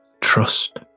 trust